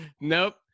Nope